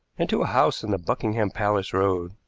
and to a house in the buckingham palace road.